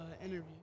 interview